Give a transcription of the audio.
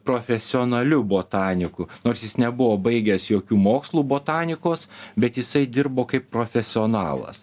profesionaliu botaniku nors jis nebuvo baigęs jokių mokslų botanikos bet jisai dirbo kaip profesionalas